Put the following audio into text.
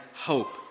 hope